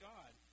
God